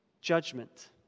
judgment